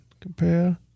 compare